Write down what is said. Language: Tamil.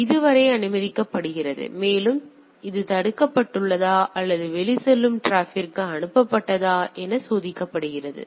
எனவே இது வரை அனுமதிக்கப்படுகிறது மேலும் அது தடுக்கப்பட்டுள்ளதா அல்லது வெளிச்செல்லும் டிராபிக்ற்கு அனுப்பப்பட்டதா என சோதிக்கப்படுகிறது